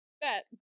bet